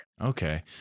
Okay